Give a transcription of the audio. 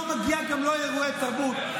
לא מגיעים גם אירועי תרבות?